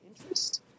interest